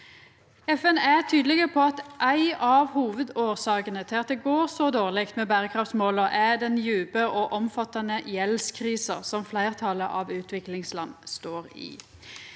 FN er tydelege på at ei av hovudårsakene til at det går så dårleg med berekraftsmåla, er den djupe og omfattande gjeldskrisa fleirtalet av utviklingslanda står i.